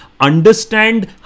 understand